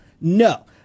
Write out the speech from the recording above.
No